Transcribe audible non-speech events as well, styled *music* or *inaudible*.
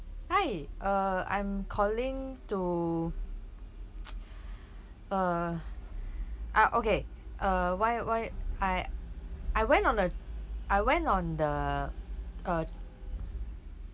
hi err I'm calling to *noise* uh ah okay uh why why I I went on a I went on the a